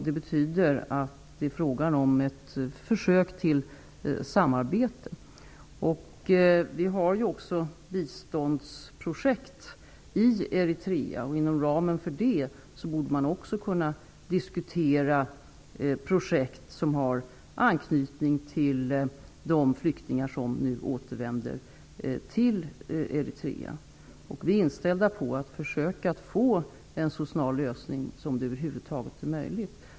Det betyder att det är fråga om ett försök till samarbete. Vi har också biståndsprojekt i Eritrea, och inom ramen för dem borde man kunna diskutera projekt som har anknytning till de flyktingar som nu återvänder till Eritrea. Vi är inställda på att försöka få till stånd en lösning så snart som det över huvud taget är möjligt.